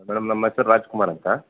madam ನಮ್ಮ ಹೆಸ್ರ್ ರಾಜ್ಕುಮಾರ್ ಅಂತ